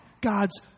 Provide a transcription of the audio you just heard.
God's